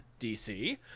DC